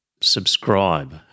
subscribe